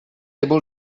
able